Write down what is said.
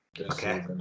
Okay